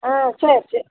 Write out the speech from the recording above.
ஆ சரி சரி